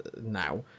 now